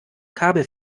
kabel